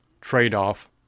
trade-off